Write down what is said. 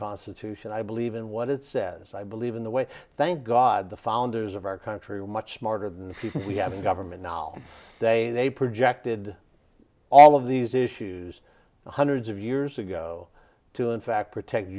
constitution i believe in what it says i believe in the way thank god the founders of our country are much smarter than we have a government now day they projected all of these issues hundreds of years ago to in fact protect